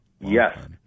yes